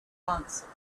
answered